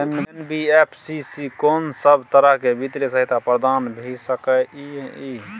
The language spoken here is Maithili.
एन.बी.एफ.सी स कोन सब तरह के वित्तीय सहायता प्रदान भ सके इ? इ